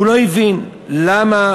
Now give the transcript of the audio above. הוא לא הבין למה